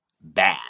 bad